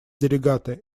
делегаты